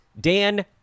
Dan